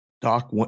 Doc